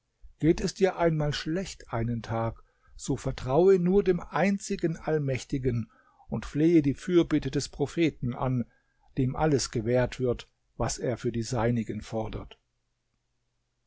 geht es dir einmal schlecht einen tag so vertraue nur dem einzigen allmächtigen und flehe die fürbitte des propheten an dem alles gewährt wird was er für die seinigen fordert